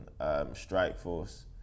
Strikeforce